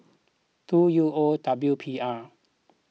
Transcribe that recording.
two U O W P R